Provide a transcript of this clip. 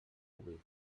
vull